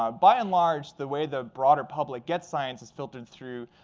um by and large, the way the broader public gets science is filtered through